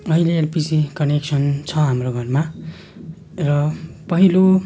अहिले LPG connection छ हाम्रो घरमा र पहिलो